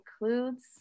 includes